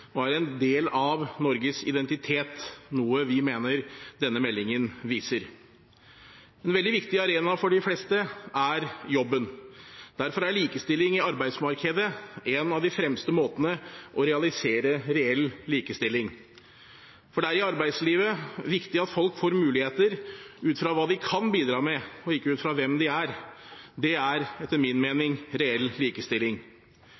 og er en del av Norges identitet, noe vi mener denne meldingen viser. En veldig viktig arena for de fleste er jobben. Derfor er likestilling i arbeidsmarkedet en av de beste måtene å realisere reell likestilling på. Det er i arbeidslivet viktig at folk får muligheter ut fra hva de kan bidra med, og ikke ut fra hvem de er. Det er etter min